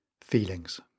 Feelings